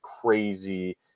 crazy